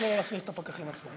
למה --- את הפקחים עצמם?